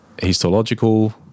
histological